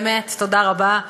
באמת תודה רבה.